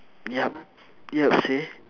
yup yup say